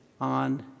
on